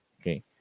Okay